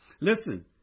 Listen